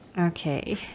Okay